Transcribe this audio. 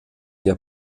der